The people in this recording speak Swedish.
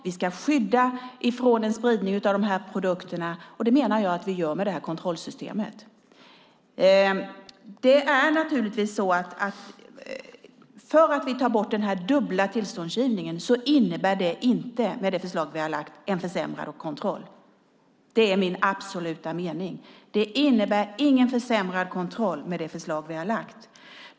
Vi ska skydda från spridning av dessa produkter. Det menar jag att vi gör med det här kontrollsystemet. Att vi tar bort den dubbla tillståndsgivningen innebär inte en försämrad kontroll med det förslag vi har lagt fram. Det är min absoluta mening. Det innebär ingen försämrad kontroll.